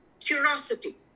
curiosity